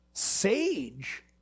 Sage